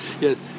Yes